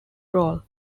role